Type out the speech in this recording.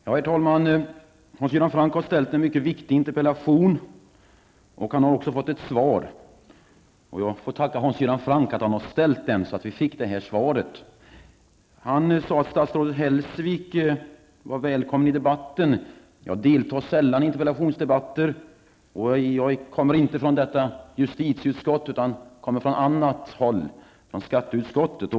Herr talman! Hans Göran Franck har ställt en mycket viktig interpellation, och han har också fått ett svar. Jag får tacka Hans Göran Franck för att han ställt frågan så att vi fick detta svar. Han sade att statsrådet Hellsvik var välkommen i debatten. Jag deltar sällan i interpellationsdebatter och jag kommer inte ifrån justitieutskottet utan från annat håll, från skatteutskottet.